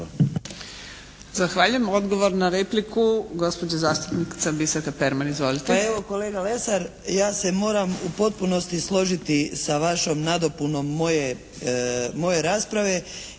Zahvaljujem. Odgovor na repliku, gospođa zastupnica Biserka Perman. Izvolite.